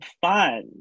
fun